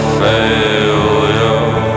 failure